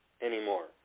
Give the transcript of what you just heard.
anymore